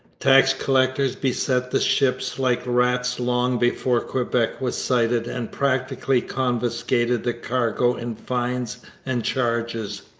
tax collectors beset the ships like rats long before quebec was sighted, and practically confiscated the cargo in fines and charges.